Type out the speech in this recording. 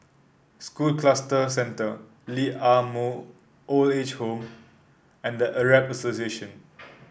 School Cluster Centre Lee Ah Mooi Old Age Home and The Arab Association